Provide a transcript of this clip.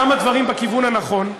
כמה דברים בכיוון הנכון,